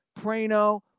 Prano